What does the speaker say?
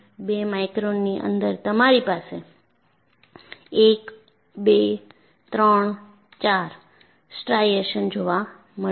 બે માઇક્રોનની અંદર તમારી પાસે 1 2 3 4 સ્ટ્રાઇશન્સ જોવા મળે છે